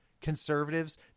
conservatives